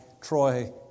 Troy